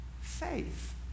faith